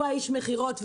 איש המכירות,